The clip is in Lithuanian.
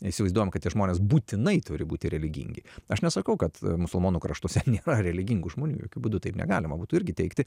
įsivaizduojam kad žmonės būtinai turi būti religingi aš nesakau kad musulmonų kraštuose nėra religingų žmonių jokiu būdu taip negalima būtų irgi teigti